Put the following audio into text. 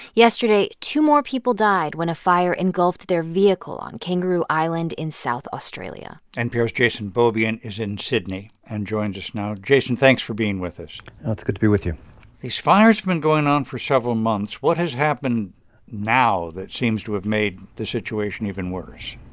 yesterday, two more people died when a fire engulfed their vehicle on kangaroo island in south australia npr's jason beaubien is in sydney and joins us now. jason, thanks for being with us it's good to be with you these fires have been going on for several months. what has happened now that seems to have made the situation even worse?